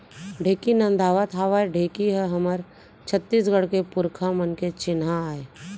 ढेंकी नदावत हावय ढेंकी ह हमर छत्तीसगढ़ के पुरखा मन के चिन्हा आय